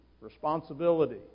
Responsibility